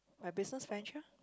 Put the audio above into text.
my business venture